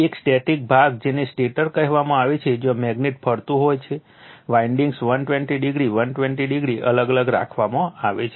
એક સ્ટેટિક ભાગ જેને સ્ટેટર કહેવામાં આવે છે જ્યાં મેગ્નેટ ફરતું હોવાથી વાઇન્ડીંગ્સ 120o 120o અલગ અલગ રાખવામાં આવે છે